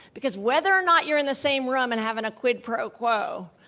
because whether or not you're in the same room and having a quid pro quo,